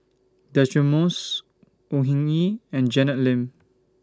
Deirdre Moss Au Hing Yee and Janet Lim